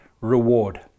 reward